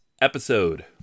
episode